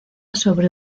sobre